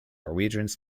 norwegians